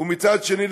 ומצד שני,